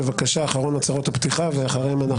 אחרון בהצהרות הפתיחה ואחר כך אנחנו נכנסים לדיון.